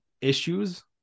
issues